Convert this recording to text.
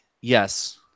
Yes